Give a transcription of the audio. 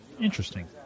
Interesting